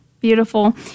Beautiful